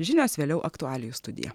žinios vėliau aktualijų studija